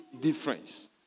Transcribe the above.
difference